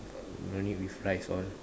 no need with rice all